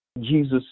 Jesus